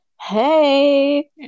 Hey